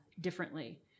differently